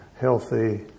healthy